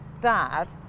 dad